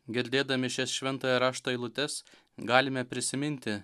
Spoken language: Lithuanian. girdėdami šias šventojo rašto eilutes galime prisiminti